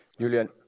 Julian